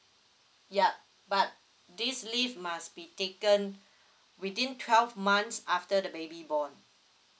yup but this leave must be taken within twelve months after the baby born